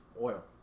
Oil